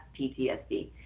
PTSD